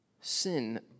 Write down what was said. Sin